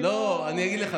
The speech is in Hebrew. אני לא, לא, אני אגיד לך.